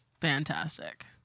Fantastic